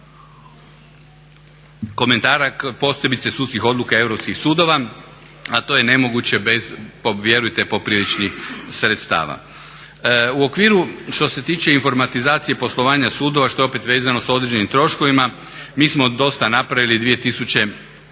komentara posebice sudskih odluka europskih sudova, a to je nemoguće bez vjerujte popriličnih sredstava. U okviru, što se tiče informatizacije poslovanja suda, što je opet vezano sa određenim troškovima mi smo dosta napravili 2013.